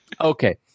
Okay